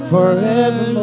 Forever